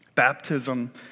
Baptism